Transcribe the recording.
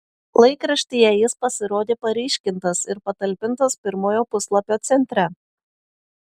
laikraštyje jis pasirodė paryškintas ir patalpintas pirmojo puslapio centre